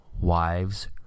Wives